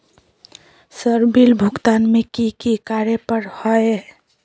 Sir bill भुगतान में की की कार्य पर हहै?